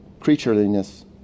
creatureliness